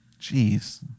jeez